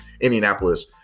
Indianapolis